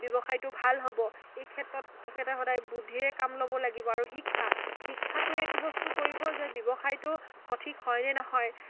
ব্যৱসায়টো ভাল হ'ব এই ক্ষেত্ৰত তেখেতে সদায় বুদ্ধিৰে কাম ল'ব লাগিব আৰু শিক্ষা শিক্ষাটোৱে এইটো বস্তু কৰিব যে ব্যৱসায়টো সঠিক হয়নে নহয়